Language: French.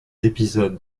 épisodes